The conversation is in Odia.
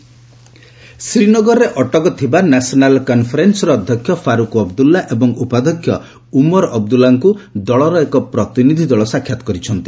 ଏନ୍ସି ଡେଲିଗେସନ୍ ଶ୍ରୀନଗରରେ ଅଟକ ଥିବା ନ୍ୟାସ୍ନାଲ୍ କନ୍ଫରେନ୍ସର ଅଧ୍ୟକ୍ଷ ଫାରୁକ୍ ଅବଦୁଲ୍ଲା ଏବଂ ଉପାଧ୍ୟକ୍ଷ ଉମର ଅବଦୁଲ୍ଲାଙ୍କୁ ଦଳର ଏକ ପ୍ରତିନିଧି ଦଳ ସାକ୍ଷାତ୍ କରିଛନ୍ତି